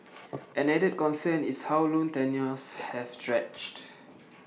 an added concern is how loan tenures have stretched